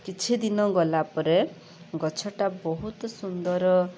କିଛି ଦିନ ଗଲା ପରେ ଗଛ ଟା ବହୁତ ସୁନ୍ଦର